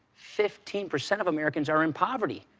fifteen percent of americans are in poverty.